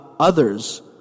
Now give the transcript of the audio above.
others